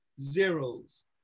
zeros